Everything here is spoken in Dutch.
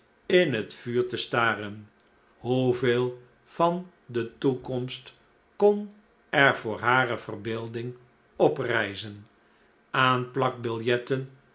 in net vuur te staren hoeveel van de toekomst kon er voor hare verbeelding oprijzen aanplakbiljetten